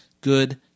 good